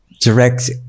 direct